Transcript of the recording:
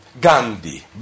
Gandhi